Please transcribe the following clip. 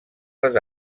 les